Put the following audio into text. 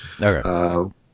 Okay